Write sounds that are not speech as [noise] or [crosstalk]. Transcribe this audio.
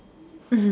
[laughs]